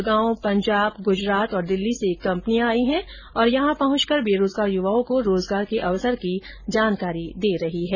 इस शिविर में गुढगांव पंजाब गुजरात दिल्ली से कंपनियां आई है और यहां पहुंचकर बेरोजगार युवाओं को रोजगार के अवसर की जानकारी दे रही है